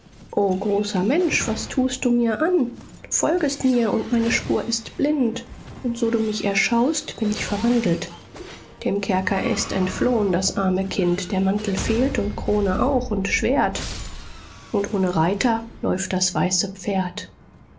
o großer mensch was tuest du mir an du folgest mir und meine spur ist blind und so du mich erschaust bin ich verwandelt dem kerker ist entflohn das arme kind der mantel fehlt und krone auch und schwert und ohne reiter läuft das weiße pferd